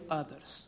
others